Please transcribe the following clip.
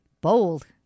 bold